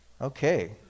Okay